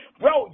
bro